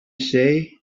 say